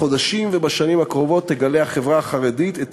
בחודשים ובשנים הקרובות תגלה החברה החרדית את